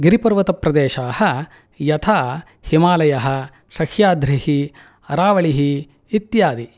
गिरिपर्वतप्रदेशाः यथा हिमालयः सह्यद्रिः आरावलिः इत्यादि